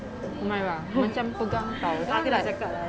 humairah macam pegang [tau] then I like